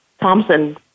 Thompson